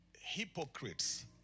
Hypocrites